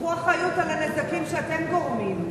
תיקחו אחריות לנזקים שאתם גורמים.